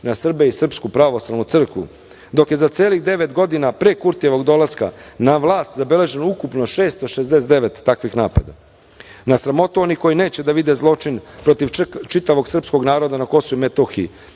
na Srbe i SPC, dok je za celih devet godina pre Kurtijevog dolaska na vlast zabeleženo ukupno 669 takvih napada, na sramotu onih koji neće da vide zločin protiv čitavog srpskog naroda na Kosovu i Metohiji